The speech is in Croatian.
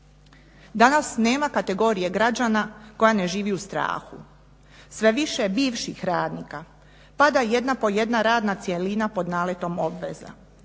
Danas nema kategorije građana koja ne živi u strahu, sve je više bivših radnika, pada jedna po jedna radna cjelina pod naletom obveza,